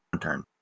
turn